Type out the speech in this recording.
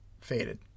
faded